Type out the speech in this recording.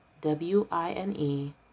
w-i-n-e